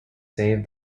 saved